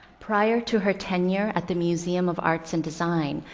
prior to her tenure at the museum of arts and design,